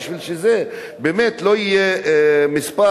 כדי שהמספרים באמת לא יהיו גדולים,